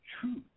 truth